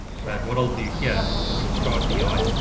but what i'll do here is start vi.